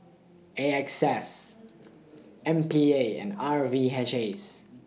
A X S M P A and R V H S